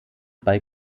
bei